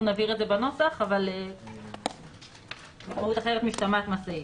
נבהיר בנוסח אבל משמעות אחרת משתמעת מהסעיף.